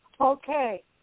Okay